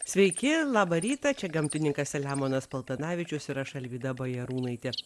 sveiki labą rytą čia gamtininkas saliamonas paltanavičius ir aš alvyda bajarūnaitė